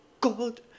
God